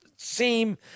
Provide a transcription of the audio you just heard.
seem